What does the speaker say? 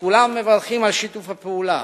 כולם מברכים על שיתוף הפעולה